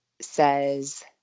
says